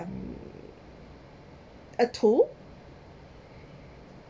a tool